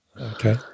Okay